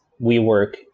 WeWork